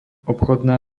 obchodná